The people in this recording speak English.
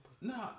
No